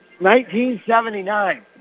1979